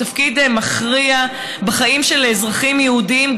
תפקיד מכריע בחיים של אזרחים יהודים,